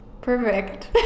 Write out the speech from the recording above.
perfect